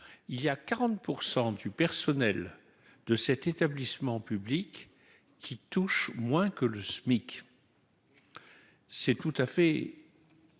il y a 40 % du personnel de cet établissement public qui touchent moins que le SMIC, c'est tout à fait.